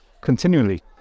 continually